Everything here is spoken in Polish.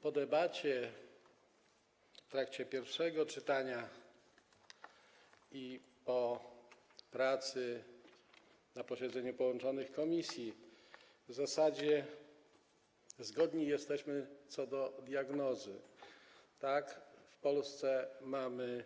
Po debacie w trakcie pierwszego czytania i po pracy na posiedzeniu połączonych komisji w zasadzie zgodni jesteśmy co do diagnozy: Tak, w Polsce mamy